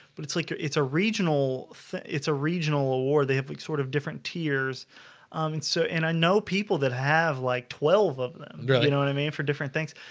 but it's like it's a regional it's a regional award they have like sort of different tiers and so and i know people that have like twelve of them really know what i mean for different things.